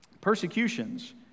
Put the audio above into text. Persecutions